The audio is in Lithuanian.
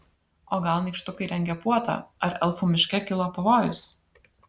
o gal nykštukai rengia puotą ar elfų miške kilo pavojus